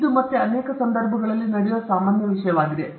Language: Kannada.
ಇದು ಮತ್ತೆ ಅನೇಕ ಸಂದರ್ಭಗಳಲ್ಲಿ ನಡೆಯುವ ಒಂದು ಸಾಮಾನ್ಯ ವಿಷಯವಾಗಿದೆ